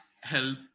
help